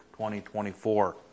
2024